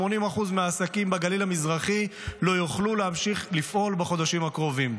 80% מהעסקים בגליל המזרחי לא יוכלו להמשיך לפעול בחודשים הקרובים,